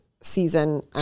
season